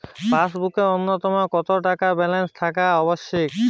পাসবুকে ন্যুনতম কত টাকা ব্যালেন্স থাকা আবশ্যিক?